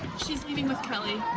she's leaving with kelly.